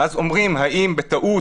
ואז אומרים האם בטעות